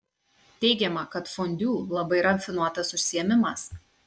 teigiama kad fondiu labai rafinuotas užsiėmimas